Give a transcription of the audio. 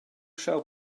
schau